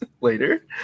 later